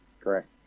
Correct